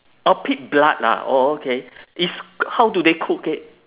orh pig blood lah orh okay is how do they cook it